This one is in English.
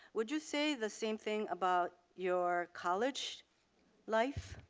would you say the same thing about your college life?